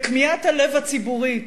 וכמיהת הלב הציבורית,